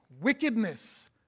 wickedness